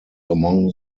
among